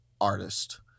artist